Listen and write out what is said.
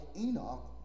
Enoch